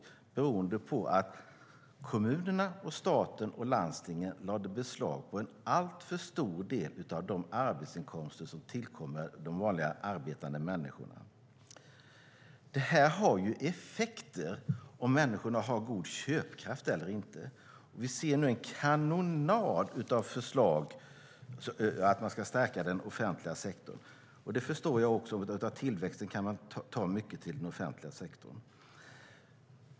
Det berodde på att kommunerna, staten och landstingen lade beslag på en alltför stor del av de arbetsinkomster som tillkommer de vanliga arbetande människorna. Det får effekter på människornas köpkraft. Vi ser nu en kanonad av förslag som ska stärka den offentliga sektorn, och det förstår jag därför att av tillväxten kan man ta mycket till den offentliga sektorn.